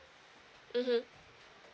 mmhmm